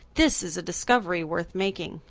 this is a discovery worth making.